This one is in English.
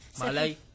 Malay